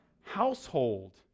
household